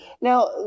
Now